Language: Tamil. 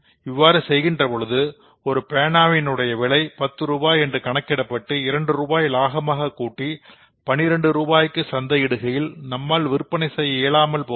இவ்வாறு செய்கின்றபோது ஒரு பேனாவின் உடைய விலை பத்து ரூபாய் என்று கணக்கிடப்பட்டு இரண்டு ரூபாய் லாபமாகக்கூட்டி 12 ரூபாய்க்கு சந்தை இடுகையில் நம்மால் விற்பனையை செய்ய இயலாமல் போகும்